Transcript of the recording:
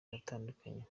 aratandukanye